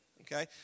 Okay